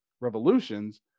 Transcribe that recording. revolutions